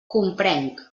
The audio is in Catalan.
comprenc